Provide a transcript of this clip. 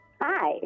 Hi